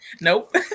nope